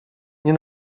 nie